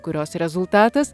kurios rezultatas